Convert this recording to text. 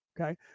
Okay